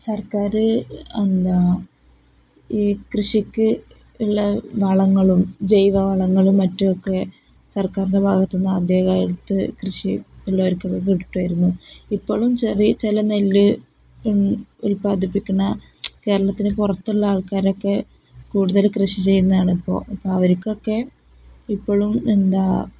സർക്കാർ എന്താണ് ഈ കൃഷിക്ക് ഉള്ള വളങ്ങളും ജൈവവളങ്ങളും മറ്റുമൊക്കെ സർക്കാരിൻ്റെ ഭാഗത്ത് നിന്ന് ആദ്യകാലത്ത് കൃഷി ഉള്ളവർക്കൊക്കെ കിട്ടുമായിരുന്നു ഇപ്പോഴും ചെറിയ ചില നെല്ല് ഉല്പാദിപ്പിക്കുന്ന കേരളത്തിന് പുറത്തുള്ള ആൾക്കാരൊക്കെ കൂടുതൽ കൃഷി ചെയ്യുന്നതാണ് ഇപ്പോൾ അപ്പം അവർക്കൊക്കെ ഇപ്പോഴും എന്താണ്